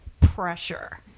pressure